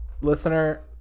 listener